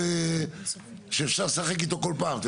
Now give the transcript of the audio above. כוללני אתה לא יכול לעשות.